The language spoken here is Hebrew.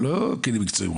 לא כלים מקצועיים,